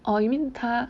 or you mean 他